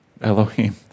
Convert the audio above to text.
Elohim